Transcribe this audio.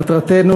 מטרתנו,